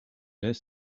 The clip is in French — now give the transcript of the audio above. lez